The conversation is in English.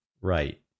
right